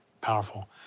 Powerful